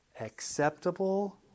Acceptable